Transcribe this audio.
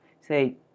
say